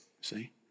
See